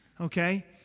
Okay